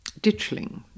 Ditchling